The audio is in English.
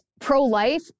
pro-life